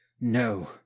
No